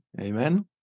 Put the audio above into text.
Amen